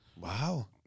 Wow